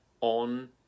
on